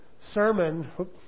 sermon